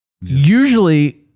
usually